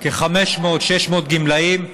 כ-500 600 גמלאים במחאה,